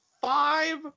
five